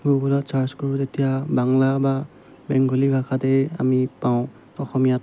গুগলত চাৰ্চ কৰোঁ তেতিয়া বাংলা বা বেংগলী ভাষাতেই আমি পাওঁ অসমীয়াত